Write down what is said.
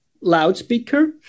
loudspeaker